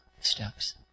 steps